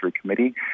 Committee